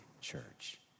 church